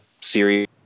series